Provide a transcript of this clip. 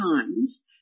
Times